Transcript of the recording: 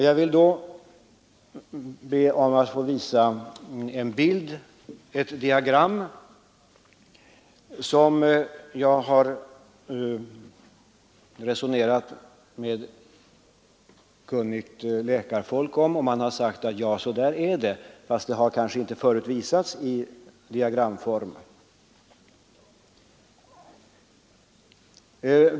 Jag vill nu på TV-skärmen visa ett diagram som jag resonerat med kunnigt läkarfolk om. Man har sagt att så här ligger det till, fast det kanske inte förut visats i diagramform.